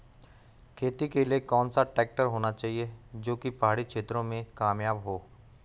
खेती के लिए कौन सा ट्रैक्टर होना चाहिए जो की पहाड़ी क्षेत्रों में कामयाब हो?